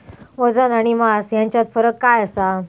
वजन आणि मास हेच्यात फरक काय आसा?